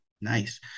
Nice